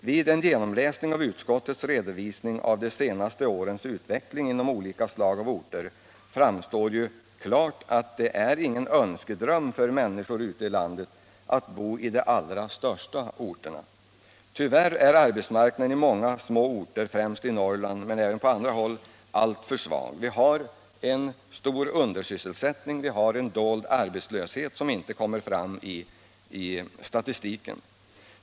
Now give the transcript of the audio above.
Vid en genomläsning av utskottets redovisning av de senaste årens utveckling i orter av olika slag framstår ju klart att det är ingen önskedröm för människor ute i landet att bo i de allra största orterna. Tyvärr är arbetsmarknaden i många små orter, främst i Norrland men även på andra håll, alltför svag. Vi har en stor undersysselsättning och en dold arbetslöshet som inte kommer fram i statistiken.